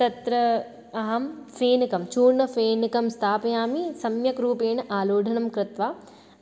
तत्र अहं फेनकं चूर्णं फेनकं स्थापयामि सम्यक् रूपेण आलोडनं कृत्वा